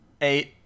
Eight